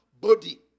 body